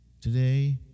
Today